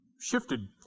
shifted